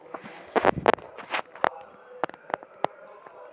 UPI करून काय फायदो?